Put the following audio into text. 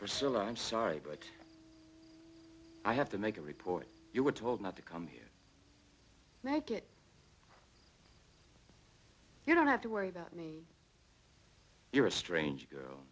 long i'm sorry but i have to make a report you were told not to come here like it you don't have to worry about me you're a strange girl